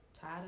tired